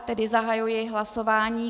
Tedy zahajuji hlasování.